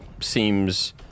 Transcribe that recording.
seems